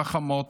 חכמות,